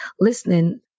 listening